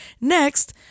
Next